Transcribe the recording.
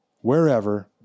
wherever